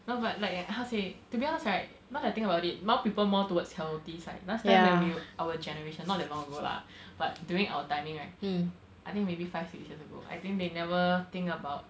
no but like how to say to be honest right now I think about it more people more towards healthy side last time when we our generation not that long ago lah but during our timing right I think maybe five six years ago I think they never think about